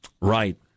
Right